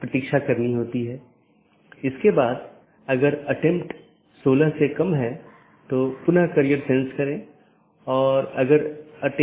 प्रत्येक AS के पास इष्टतम पथ खोजने का अपना तरीका है जो पथ विशेषताओं पर आधारित है